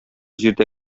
җирдә